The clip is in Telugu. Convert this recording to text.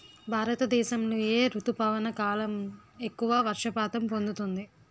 భారతదేశంలో ఏ రుతుపవన కాలం ఎక్కువ వర్షపాతం పొందుతుంది?